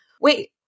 wait